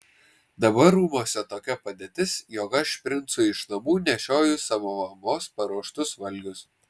dabar rūmuose tokia padėtis jog aš princui iš namų nešioju savo mamos paruoštus valgius